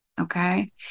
okay